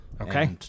Okay